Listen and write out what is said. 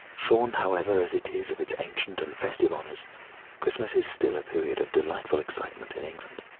shorn, however, as it is, of its ancient and festive honours, christmas is still a period of delightful excitement in england.